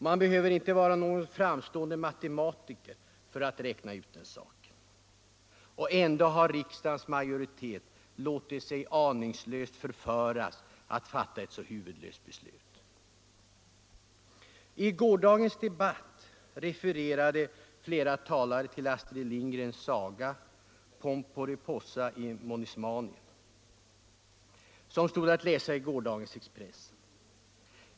Man behöver inte vara framstående matematiker för att räkna ut den saken. Ändå har riksdagens majoritet aningslöst låtit sig förföras att fatta ett så huvudlöst beslut. I gårdagens debatt hänvisade flera talare till Astrid Lindgrens saga Pomperipossa i Monosmanien som stod att läsa i gårdagens Expressen.